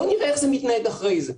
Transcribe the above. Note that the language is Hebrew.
בואו נראה איך זה מתנהג אחרי זה,